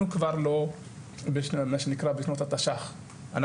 אנחנו כבר לא בשנות התשל"ח מה שנקרא,